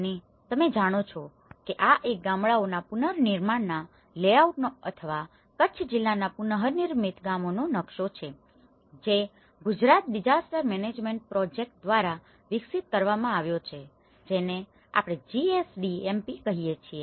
અને તમે જાણો છો કે આ એક ગામડાઓના પુનર્નિર્માણના લેઆઉટનો અથવા કચ્છ જિલ્લાના પુનઃનિર્મિત ગામોનો નકશો છે જે ગુજરાત ડીઝાસ્ટર મેનેજમેન્ટ પ્રોજેક્ટ દ્વારા વિકસિત કરવામાં આવ્યો છે જેને આપણે GSDMP કહીએ છીએ